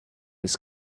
was